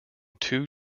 two